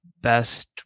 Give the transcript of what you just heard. best